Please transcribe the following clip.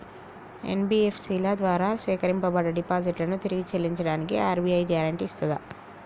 NBFC ల ద్వారా సేకరించబడ్డ డిపాజిట్లను తిరిగి చెల్లించడానికి ఆర్.బి.ఐ గ్యారెంటీ ఇస్తదా?